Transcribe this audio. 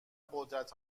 قدرت